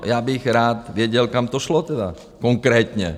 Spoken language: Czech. Já bych rád věděl, kam to šlo tedy konkrétně.